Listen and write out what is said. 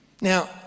Now